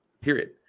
Period